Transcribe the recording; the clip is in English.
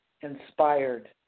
inspired